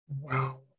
Wow